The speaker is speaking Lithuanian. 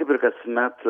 kaip ir kasmet